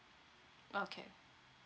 okay